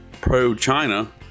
pro-China